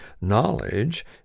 knowledge